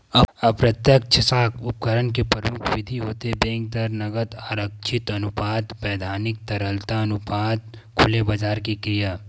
अप्रत्यक्छ साख उपकरन के परमुख बिधि होथे बेंक दर, नगद आरक्छित अनुपात, बैधानिक तरलता अनुपात, खुलेबजार के क्रिया